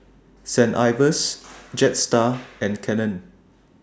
Saint Ives Jetstar and Canon